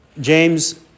James